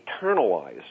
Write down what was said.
internalize